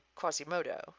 Quasimodo